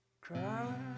cry